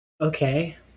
Okay